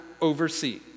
oversee